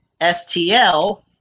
STL